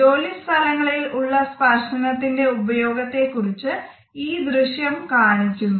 ജോലി സ്ഥലങ്ങളിൽ ഉള്ള സ്പർശനത്തിന്റെ ഉപയോഗത്തെ കുറിച്ച് ഈ ദൃശ്യം കാണിക്കുന്നു